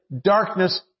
darkness